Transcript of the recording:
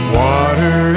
water